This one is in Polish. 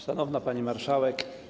Szanowna Pani Marszałek!